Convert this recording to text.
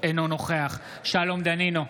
אינו נוכח שלום דנינו,